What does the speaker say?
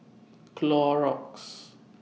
Clorox